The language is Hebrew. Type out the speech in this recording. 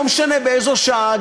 לא משנה באיזו שעה,